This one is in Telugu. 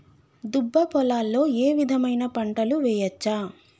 దుబ్బ పొలాల్లో ఏ విధమైన పంటలు వేయచ్చా?